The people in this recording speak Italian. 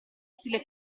stile